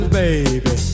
baby